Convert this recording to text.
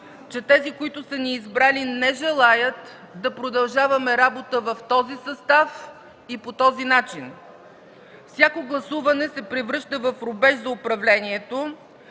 че тези, които са ни избрали, не желаят да продължаваме работа в този състав и по този начин. Всяко гласуване се превръща в рубеж за управлението.